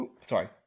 sorry